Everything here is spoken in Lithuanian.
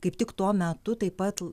kaip tik tuo metu taip pat